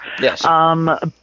Yes